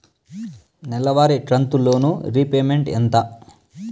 నెలవారి కంతు loan repayment ఎంత?